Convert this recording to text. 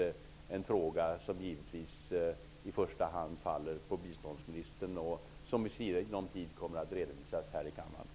Det är en fråga som givetvis i första hand faller på biståndsministern och som i sinom tid kommer att redovisas här i kammaren.